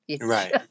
right